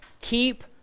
keep